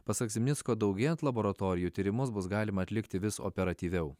pasak zimnicko daugėjant laboratorijų tyrimus bus galima atlikti vis operatyviau